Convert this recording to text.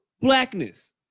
blackness